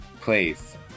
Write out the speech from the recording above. please